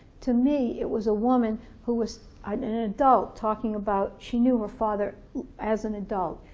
to me it was a woman who was i mean an an adult talking about, she knew her father as an adult.